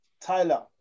Tyler